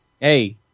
Hey